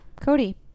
Cody